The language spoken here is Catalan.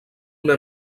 una